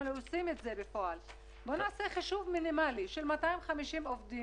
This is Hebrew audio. לא עושים את זה בפועל חישוב מינימלי של 250 עובדים